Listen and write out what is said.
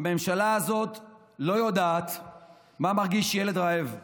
הממשלה הזאת לא יודעת מה מרגיש ילד רעב.